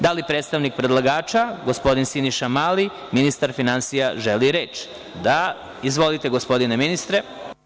Da li predstavnik predlagača, gospodin Siniša Mali, ministar finansija želi reč? (Da) Izvolite gospodine ministre.